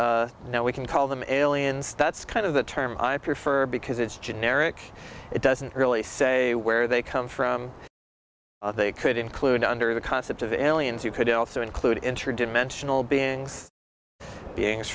occupants now we can call them aliens that's kind of the term i prefer because it's generic it doesn't really say where they come from they could include under the concept of aliens you could also include interdimensional beings being